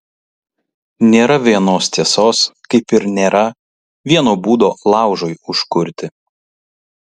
nėra vienos tiesos kaip ir nėra vieno būdo laužui užkurti